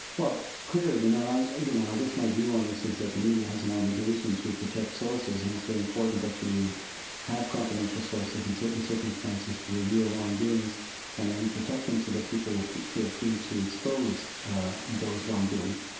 well clearly, you know and i you know i guess my view on this is that the media has an obligation to protect sources, and it's very important that you have confidential sources in certain circumstances to review wrongdoings and that you protect them so that people feel free to expose those wrongdoings.